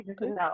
No